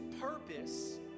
purpose